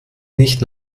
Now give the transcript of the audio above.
nicht